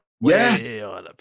Yes